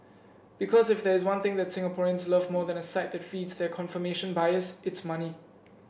because if there is one thing that Singaporeans love more than a site that feeds their confirmation bias it's money